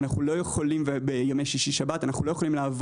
שישי-שבת וכולי.